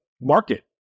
market